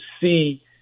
see